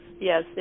yes